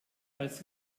als